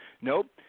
nope